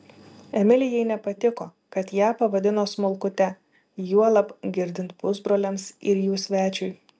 emilijai nepatiko kad ją pavadino smulkute juolab girdint pusbroliams ir jų svečiui